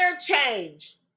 change